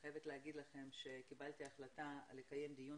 אני חייבת להגיד לכם שקיבלתי החלטה לקיים דיון